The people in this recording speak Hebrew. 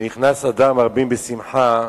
משנכנס אדר מרבים בשמחה,